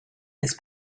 his